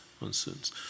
monsoons